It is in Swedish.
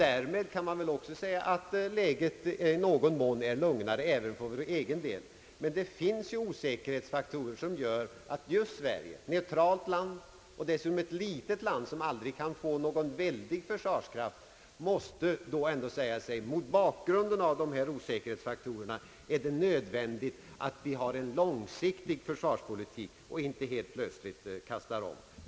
Därmed kan det väl också sägas att läget i någon mån är lugnare även för vår del. Det finns dock vissa osäkerhetsfaktorer som gör att just Sverige — ett neutralt land och dessutom ett litet land, som aldrig kan få några väldiga försvarskrafter — mot bakgrunden av dessa osäkerhetsfaktorer måste säga sig att det är nödvändigt att vi har en långsiktig försvarspolitik och inte helt plötsligt kastar om.